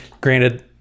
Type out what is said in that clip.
granted